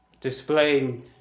displaying